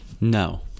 no